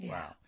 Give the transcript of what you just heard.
Wow